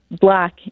Black